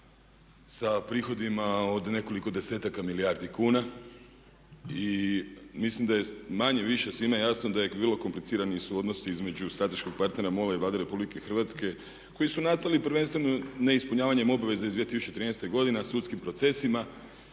sa prihodima od nekoliko desetaka milijardi kuna. I mislim da je manje-više svima jasno da vrlo komplicirani su odnosi između strateškog partnera MOL-a i Vlade Republike Hrvatske koji su nastali prvenstveno neispunjavanjem obveza iz 2013. godine a sudskim procesima